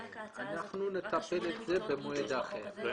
אנחנו נטפל בזה במועד אחר.